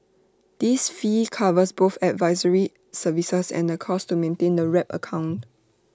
this fee covers both advisory services and the costs to maintain the wrap account